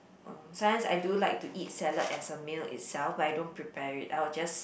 uh sometimes I do like to eat salad as a meal itself but I don't prepare it I'll just